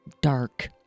dark